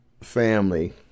family